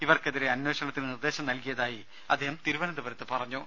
ഇവർക്കെതിരെ അന്വേഷണത്തിന് നിർദേശം നൽകിയതായും അദ്ദേഹം തിരുവനന്തപുരത്ത് അറിയിച്ചു